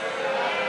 תקלה,